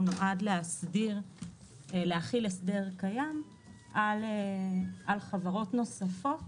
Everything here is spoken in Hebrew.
נועד להחיל הסדר קיים על חברות נוספות